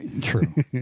True